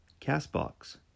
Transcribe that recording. CastBox